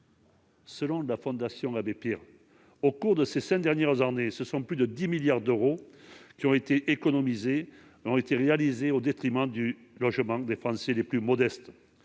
Selon la Fondation Abbé Pierre, au cours des cinq dernières années, plus de 10 milliards d'euros d'économies ont été réalisés au détriment du logement des Français les plus modestes.